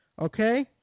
Okay